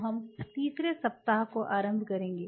तो हम तीसरा सप्ताह आरंभ करेंगे